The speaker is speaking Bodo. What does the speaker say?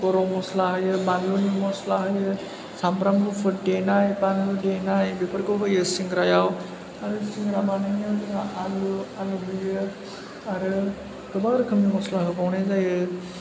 गरम मस्ला होयो बानलुनि मस्ला होयो सामब्राम गुफुर देनाय बानलु देनाय बेफोरखौ होयो सिंग्रायाव आरो सिंग्रा बानायनायाव जोंहा आलु आलु होयो आरो गोबां रोखोमनि मस्ला होबावनाय जायो